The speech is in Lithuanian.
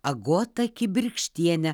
agotą kibirkštienę